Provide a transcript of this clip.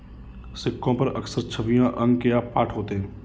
सिक्कों पर अक्सर छवियां अंक या पाठ होते हैं